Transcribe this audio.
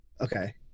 Okay